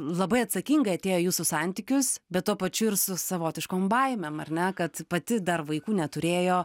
labai atsakingai atėjo į jūsų santykius bet tuo pačiu ir su savotiškom baimėm ar ne kad pati dar vaikų neturėjo